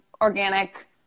organic